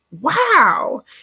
Wow